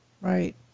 Right